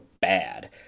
bad